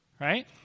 right